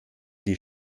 die